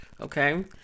okay